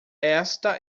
esta